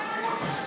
זה.